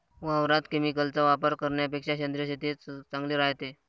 वावरात केमिकलचा वापर करन्यापेक्षा सेंद्रिय शेतीच चांगली रायते